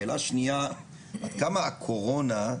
שאלה שנייה, כמה הקורונה,